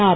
R